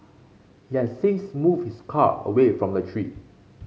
he has since moved his car away from the tree